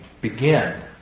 begin